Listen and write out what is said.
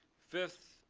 fifth,